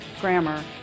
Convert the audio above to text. Grammar